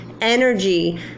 energy